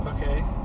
Okay